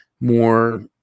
more